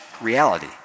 reality